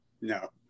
No